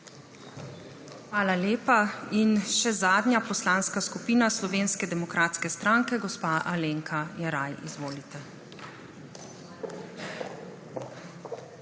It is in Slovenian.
Hvala lepa. Še zadnja Poslanska skupina Slovenske demokratske stranke gospa Alenka Jeraj. Izvolite. **ALENKA